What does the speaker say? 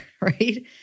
right